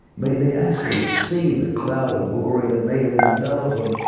may they actually see the cloud of glory and may it envelope them.